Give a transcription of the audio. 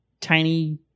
tiny